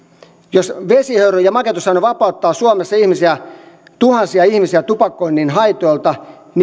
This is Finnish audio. jos vesihöyry ja makeutusaine vapauttaa suomessa tuhansia ihmisiä tupakoinnin haitoilta